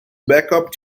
backup